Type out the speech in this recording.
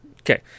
Okay